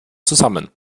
zusammen